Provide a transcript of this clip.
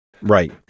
Right